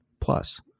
Plus